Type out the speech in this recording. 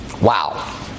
Wow